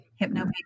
Hypnobabies